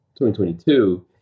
2022